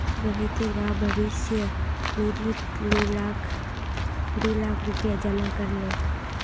रोहितेर बाप भविष्य निधित दी लाख रुपया जमा कर ले